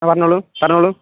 ആ പറഞ്ഞുകൊള്ളൂ പറഞ്ഞുകൊള്ളൂ